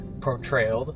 portrayed